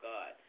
God